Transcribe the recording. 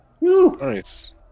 Nice